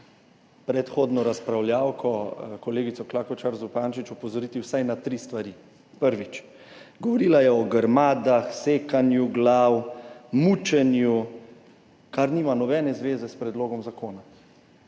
predhodno razpravljavko kolegico Klakočar Zupančič opozoriti vsaj na tri stvari. Prvič, govorila je o grmadah, sekanju glav, mučenju, kar nima nobene zveze s predlogom zakona.